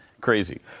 Crazy